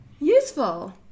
useful